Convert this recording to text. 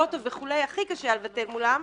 לוטו וכולי הכי קשה היה לבטל מולם,